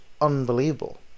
unbelievable